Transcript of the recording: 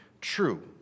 true